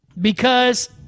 Because-